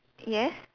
yes